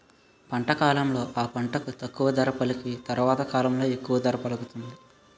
పంట కాలంలో ఆ పంటకు తక్కువ ధర పలికి తరవాత కాలంలో ఎక్కువ ధర పలుకుతుంది